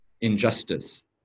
injustice